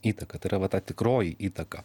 įtaką tai yra va ta tikroji įtaka